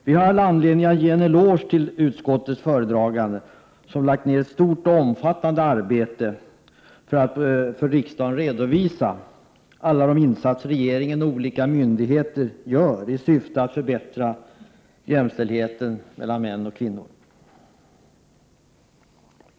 Vi har all anledning att ge en eloge till utskottets föredragande, som lagt ned ett omfattande arbete på att för riksdagen redovisa alla de insatser som regeringen och olika myndigheter gör i syfte att öka jämställdheten mellan kvinnor och män.